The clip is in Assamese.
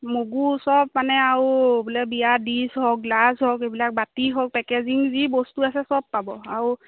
মগু চব মানে আৰু বোলে বিয়া ডিছ হওক গ্লাছ হওক এইবিলাক বাতি হওক পেকেজিং যি বস্তু আছে চব পাব আৰু